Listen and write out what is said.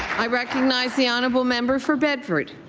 i recognize the honourable member for bedford.